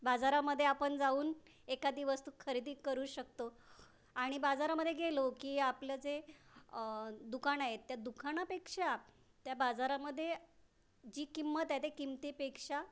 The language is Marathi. बाजारामध्ये आपण जाऊन एखादी वस्तू खरेदी करू शकतो आणि बाजारामध्ये गेलो की आपलं जे दुकान आहे त्या दुकानापेक्षा त्या बाजारामध्ये जी किंमत आहे त्या किमतीपेक्षा